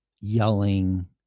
yelling